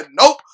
nope